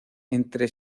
entre